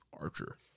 Archer